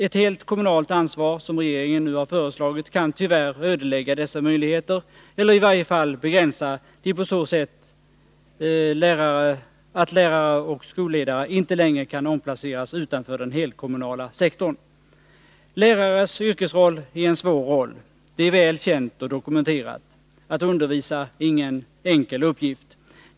Ett helt kommunalt ansvar, som regeringen nu har föreslagit, kan tyvärr ödelägga dessa möjligheter eller i varje fall begränsa dem på så sätt att lärare och skolledare inte längre kan omplaceras utanför den helkommunala sektorn. Lärarens yrkesroll är en svår roll. Det är väl känt och dokumenterat. Att undervisa är ingen enkel uppgift.